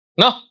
No